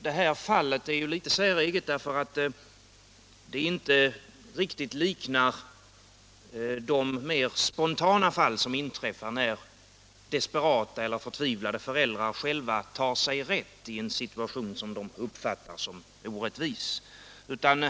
Det här fallet är säreget, eftersom det inte riktigt liknar de mer spontana händelser som inträffar när desperata eller förtvivlade föräldrar själva tar ut vad de uppfattar som sin rätt i en orättvis situation.